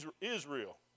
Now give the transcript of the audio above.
Israel